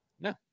No